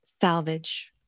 Salvage